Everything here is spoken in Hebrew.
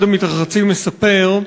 אחד המתרחצים מספר: